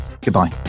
Goodbye